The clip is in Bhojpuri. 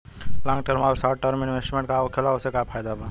लॉन्ग टर्म आउर शॉर्ट टर्म इन्वेस्टमेंट का होखेला और ओसे का फायदा बा?